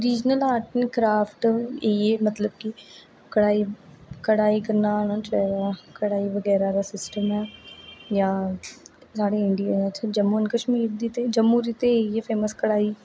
original art and craft इयै ऐ मतलब कि कढाई कडाई करना आना चाहिदा कढाई बगैरा सिस्टम ऐ जां साढ़ी इडियां दा इत्थै जम्मू एंड कशमीर दी जम्मू दी ते इयै फेमस करा दी